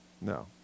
No